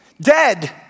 dead